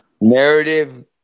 narrative